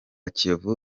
kiyovu